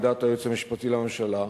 על דעת היועץ המשפטי לממשלה,